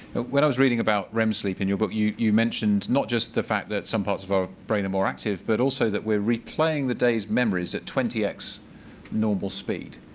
when i was reading about rem sleep in your book, you you mentioned not just the fact that some parts of our brain are more active but also that we're replaying the days memories at twenty x normal speed.